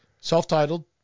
self-titled